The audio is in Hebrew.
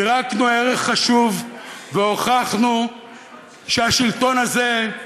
פירקנו ערך חשוב והוכחנו שהשלטון הזה,